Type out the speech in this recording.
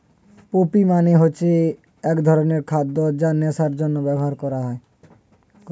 poppy মানে হচ্ছে এক ধরনের খাদ্য যা নেশার জন্যে ব্যবহার করে